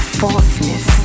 falseness